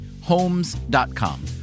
Homes.com